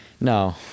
No